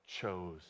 chose